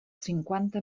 cinquanta